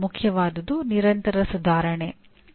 ಮುಖ್ಯವಾದುದು ನಿರಂತರ ಸುಧಾರಣೆ